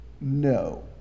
No